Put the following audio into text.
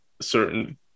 certain